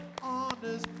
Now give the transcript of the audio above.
honors